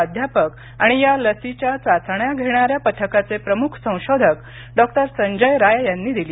प्राध्यापक आणि या लसीच्या चाचण्या घेणाऱ्या पथकाचे प्रमुख संशोधक डॉक्टर संजय राय यांनी दिली